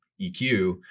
EQ